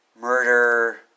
murder